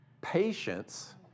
Patience